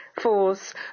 force